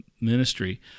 ministry